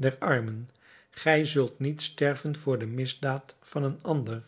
der armen gij zult niet sterven voor de misdaad van een ander